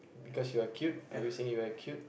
because you are cute are you saying you are cute